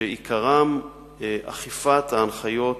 שעיקרם אכיפת ההנחיות